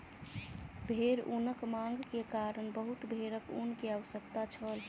भेड़ ऊनक मांग के कारण बहुत भेड़क ऊन के आवश्यकता छल